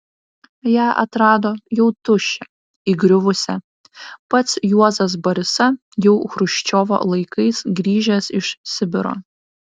ją atrado jau tuščią įgriuvusią pats juozas barisa jau chruščiovo laikais grįžęs iš sibiro